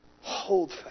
Hold